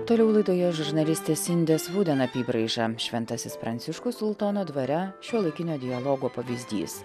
toliau laidoje žurnalistės sindės vuden apybraiža šventasis pranciškus sultono dvare šiuolaikinio dialogo pavyzdys